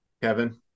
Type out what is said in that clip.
Kevin